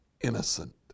innocent